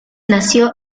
nació